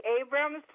Abrams